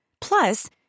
Plus